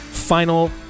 final